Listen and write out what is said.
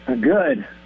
good